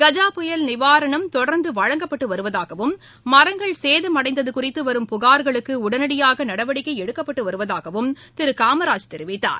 கஜா புயல் நிவாரணம் தொடர்ந்துவழங்கப்பட்டுவருவதாகவும் மரங்கள் சேதமடைந்ததுகுறித்துவரும் புகார்களுக்குஉடனடியாகநடவடிக்கைஎடுக்கப்பட்டுவருவதாகவும் திருகாமராஜ் தெரிவித்தார்